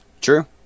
True